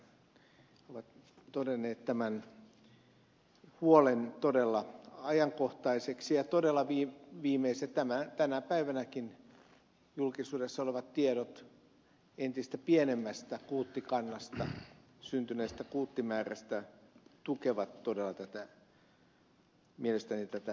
pulliainen siitä että he ovat todenneet tämän huolen todella ajankohtaiseksi ja todella tänä päivänäkin julkisuudessa olevat tiedot entistä pienemmästä kuuttikannasta syntyneestä kuuttimäärästä tukevat todella mielestäni tätä lausumaehdotusta